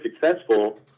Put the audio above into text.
successful